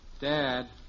Dad